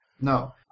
No